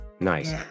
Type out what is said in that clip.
Nice